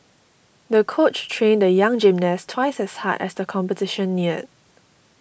the coach trained the young gymnast twice as hard as the competition neared